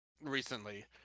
Recently